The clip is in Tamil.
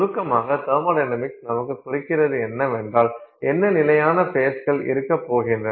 சுருக்கமாக தெர்மொடைனமிக்ஸ் நமக்கு குறிக்கிறது என்னவென்றால் என்ன நிலையான ஃபேஸ்கள் இருக்கப் போகின்றன